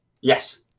Yes